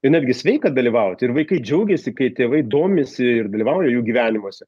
ir netgi sveika dalyvauti ir vaikai džiaugiasi kai tėvai domisi ir dalyvauja jų gyvenimuose